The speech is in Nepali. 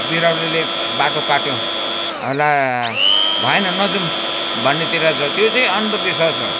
बिरालोले बाटो काट्यो ला भएन नजाऊँ भन्नेतिर जो त्यो चाहिँ अन्धविश्वास हो